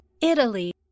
Italy